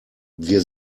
wir